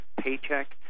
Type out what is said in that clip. paycheck